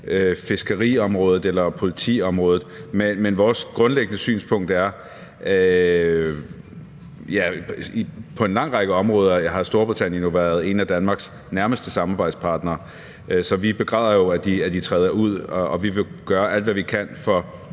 fiskeriområdet eller politiområdet. Men vores grundlæggende synspunkt er, at på en lang række områder har Storbritannien jo været en af Danmarks nærmeste samarbejdspartnere, så vi begræder, at de træder ud, og vi vil gøre alt, hvad vi kan, for